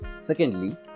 Secondly